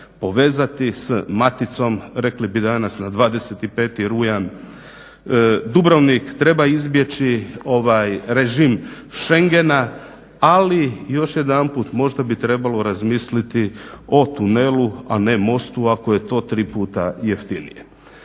povezati sa maticom, rekli bi danas na 25. rujan Dubrovnik treba izbjeći režim Schengena. Ali još jedanput možda bi trebalo razmisliti o tunelu, a ne mostu ako je to tri puta jeftinije.